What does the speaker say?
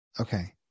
Okay